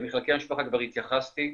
מחלקי המשפחה, כבר התייחסתי.